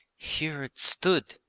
here it stood.